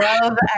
Love